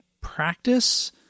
practice